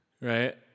right